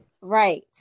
right